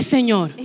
Señor